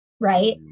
right